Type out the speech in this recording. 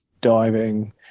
diving